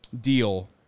deal